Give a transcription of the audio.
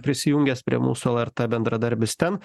prisijungęs prie mūsų lrt bendradarbis ten